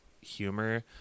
humor